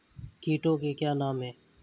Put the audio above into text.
कीटों के नाम क्या हैं?